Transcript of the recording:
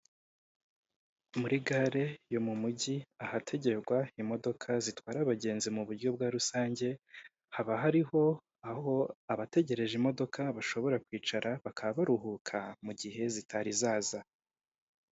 Muri gare yo mu mujyi, ahategerwa imodoka zitwara abagenzi mu buryo bwa rusange, haba hariho aho abategereje imodoka bashobora kwicara, bakaba baruhuka mu gihe zitari zaza.